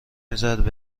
میزد